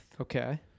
Okay